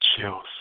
chills